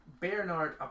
Bernard